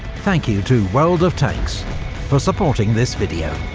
thank you to world of tanks for supporting this video.